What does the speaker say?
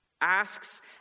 asks